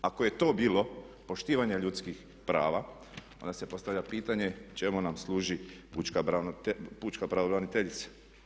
Ako je to bilo poštivanje ljudskih prava onda se postavlja pitanje čemu nam služi pučka pravobraniteljica?